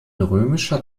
römischer